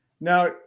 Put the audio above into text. now